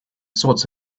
sorts